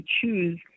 choose